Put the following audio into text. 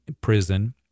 prison